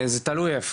זה תלוי איפה.